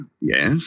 Yes